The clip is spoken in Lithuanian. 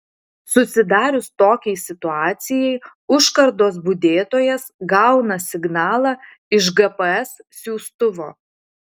susidarius tokiai situacijai užkardos budėtojas gauna signalą iš gps siųstuvo